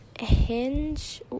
hinge